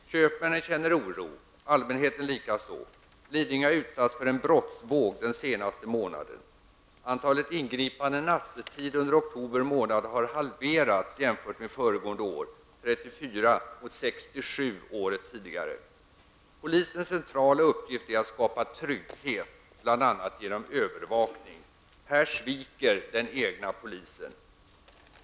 Köpmännen känner oro, och allmänheten likaså. Lidingö har utsatts för en brottsvåg den senaste månaden. Antalet ingripanden nattetid under oktober månad har halverats jämfört med föregående år: 34 ingripanden mot 67 året tidigare. Polisens centrala uppgift är att skapa trygghet, bl.a. genom övervakning. Här sviker den egna polisen.